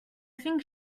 think